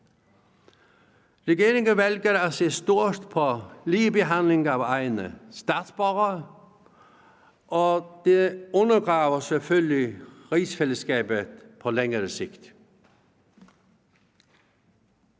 Regeringen vælger at se stort på ligebehandling af egne statsborgere, og det undergraver selvfølgelig rigsfællesskabet på længere sigt.